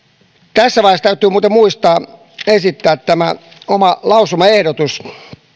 tässä vaiheessa täytyy muistaa esittää oma lausumaehdotus